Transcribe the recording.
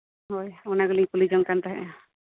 ᱦᱳᱭ ᱚᱱᱟ ᱜᱮᱞᱤᱧ ᱠᱩᱞᱤ ᱡᱚᱝ ᱠᱟᱱ ᱛᱟᱦᱮᱸᱜᱼᱟ